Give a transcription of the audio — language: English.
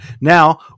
Now